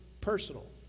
personal